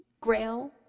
Grail